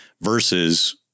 versus